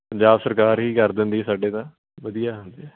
ਪੰਜਾਬ ਸਰਕਾਰ ਹੀ ਕਰ ਦਿੰਦੀ ਸਾਡੇ ਤਾਂ ਵਧੀਆ